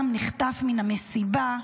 גם נחטף מהמסיבה.